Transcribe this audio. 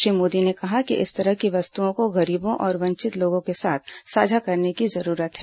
श्री मोदी ने कहा कि इस तरह की वस्तुओं को गरीबों और वंचित लोगों के साथ साझा करने की जरूरत है